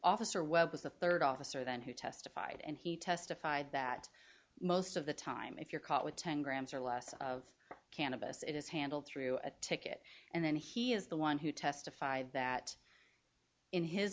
officer webb was the third officer then who testified and he testified that most of the time if you're caught with ten grams or less of cannabis it is handled through a ticket and then he is the one who testified that in his